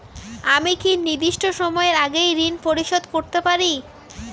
আমি কি নির্দিষ্ট সময়ের আগেই ঋন পরিশোধ করতে পারি?